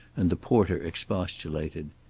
and the porter expostulated.